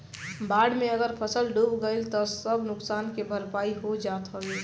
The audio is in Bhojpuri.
बाढ़ में अगर फसल डूब गइल तअ सब नुकसान के भरपाई हो जात हवे